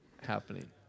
happening